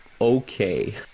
okay